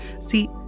See